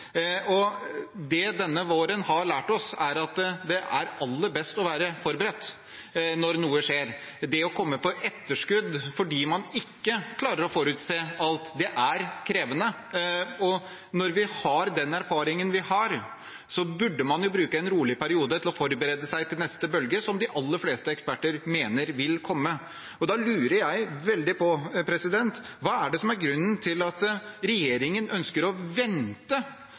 Det denne våren har lært oss, er at det er aller best å være forberedt når noe skjer. Det å komme på etterskudd fordi man ikke klarer å forutse alt, er krevende, og når vi har den erfaringen vi har, burde man jo bruke en rolig periode til å forberede seg til neste bølge, som de aller fleste eksperter mener vil komme. Da lurer jeg veldig på: Hva er det som er grunnen til at regjeringen ønsker å vente